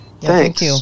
Thanks